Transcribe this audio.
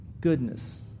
goodness